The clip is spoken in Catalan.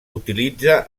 utilitza